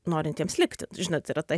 norintiems likti žinot yra ta